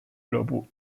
俱乐部